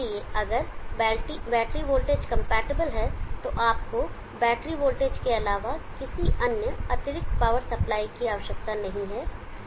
इसलिए अगर battery voltage compatible है तो आपको बैटरी वोल्टेज के अलावा किसी अन्य अतिरिक्त पावर सप्लाई की आवश्यकता नहीं है